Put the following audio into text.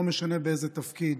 לא משנה באיזה תפקיד,